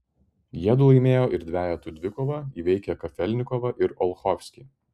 jiedu laimėjo ir dvejetų dvikovą įveikę kafelnikovą ir olchovskį